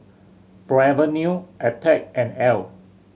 Forever New Attack and Elle